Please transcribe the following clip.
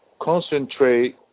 concentrate